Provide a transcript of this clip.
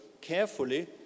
carefully